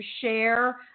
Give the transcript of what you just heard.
share